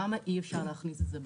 למה אי-אפשר להכניס את זה בחוק?